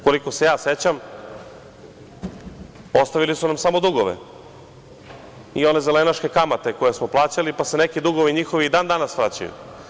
Koliko se ja sećam, ostavili su nam samo dugove i one zelenaške kamate koje smo plaćali, pa se neki dugovi njihovi i dan danas vraćaju.